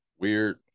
Weird